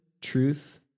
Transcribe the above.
truth